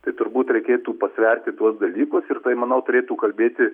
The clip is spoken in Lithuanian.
tai turbūt reikėtų pasverti tuos dalykus ir tai manau turėtų kalbėti